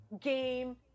game